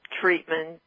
treatment